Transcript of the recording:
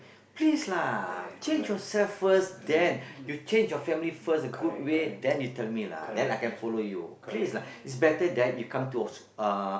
please lah change yourself first then you change your family first a good way then you tell me lah then I can follow you please lah it's better that you come to off~ uh